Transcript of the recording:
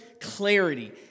clarity